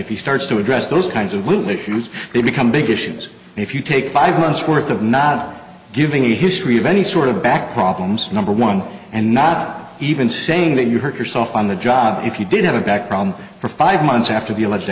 if he starts to address those kinds of lieutenants they become big issues and if you take five months worth of not giving a history of any sort of back problems number one and not even saying that you hurt yourself on the job if you did have a back problem for five months after the